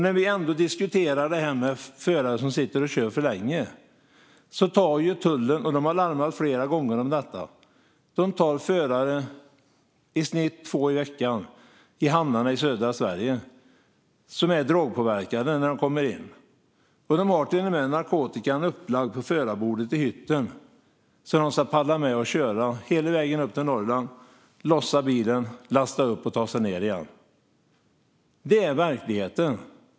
När vi ändå diskuterar förare som sitter och kör för länge vill jag ta upp att tullen i snitt tar två drogpåverkade förare i veckan i hamnarna i södra Sverige, vilket man har larmat om flera gånger. Förarna har till och med narkotikan upplagd på förarbordet i hytten så att de ska palla med att köra hela vägen upp till Norrland, lossa bilen, lasta upp och ta sig ned igen. Det här är verkligheten.